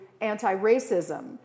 anti-racism